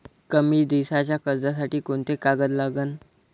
कमी दिसाच्या कर्जासाठी कोंते कागद लागन?